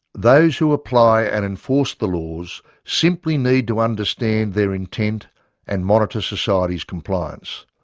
those who apply and enforce the laws simply need to understand their intent and monitor society's compliance.